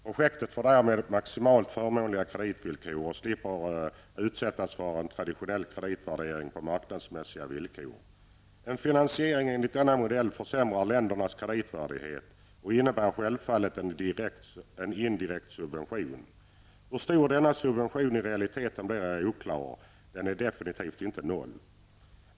Projektet får därmed maximalt förmånliga kreditvillkor och slipper utsättas för en traditionell kreditvärdering på marknadsmässiga villkor. En finansiering enligt denna modell försämrar ländernas kreditvärdighet och innebär självfallet en indirekt subvention. Hur stor denna subvention i realiteten blir är oklart. Den är definitivt inte noll.